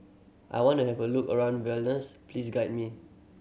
I want have a look around Vilnius please guide me